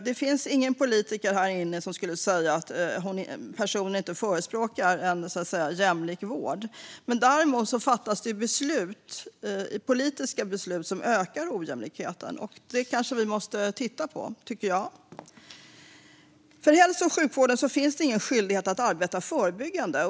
Det finns inga politiker här inne som skulle säga att de inte förespråkar en jämlik vård. Däremot fattas det politiska beslut som ökar ojämlikheten. Det kanske vi måste titta på, tycker jag. För hälso och sjukvården finns det ingen skyldighet att arbeta förebyggande.